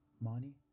Money